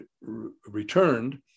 returned